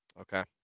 Okay